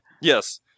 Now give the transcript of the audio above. Yes